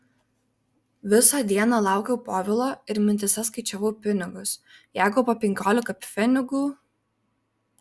visą dieną laukiau povilo ir mintyse skaičiavau pinigus jeigu po penkiolika pfenigų